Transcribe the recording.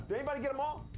anybody get them all?